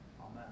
Amen